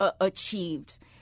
achieved